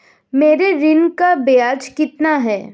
मेरे ऋण का ब्याज कितना है?